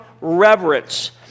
reverence